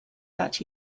that